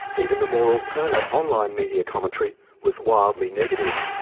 even the more alternate online media commentary was wildly negative.